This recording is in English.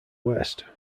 west